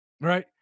right